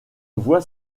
voie